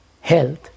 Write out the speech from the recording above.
health